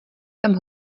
tam